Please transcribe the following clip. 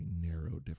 narrow